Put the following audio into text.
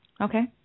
Okay